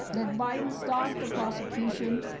that biden stop the prosecution,